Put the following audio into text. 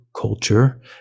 culture